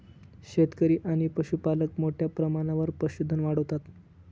शेतकरी आणि पशुपालक मोठ्या प्रमाणावर पशुधन वाढवतात